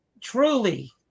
truly